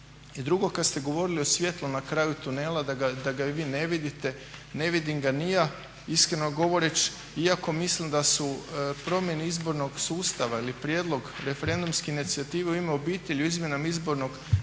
drugo kada ste govorili o svjetlu na kraju tunela da ga vi ne vidite, ne vidim ga ni ja, iskreno govoreć, iako mislim da su promjene izbornog sustava ili prijedlog referendumski inicijative "U ime obitelji" u izmjenama izbornog